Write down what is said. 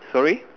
sorry